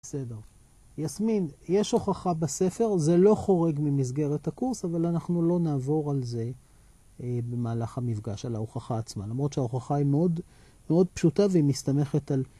בסדר. יסמין, יש הוכחה בספר, זה לא חורג ממסגרת הקורס, אבל אנחנו לא נעבור על זה במהלך המפגש, על ההוכחה עצמה. למרות שההוכחה היא מאוד פשוטה והיא מסתמכת על...